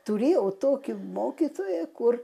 turėjau tokį mokytoją kur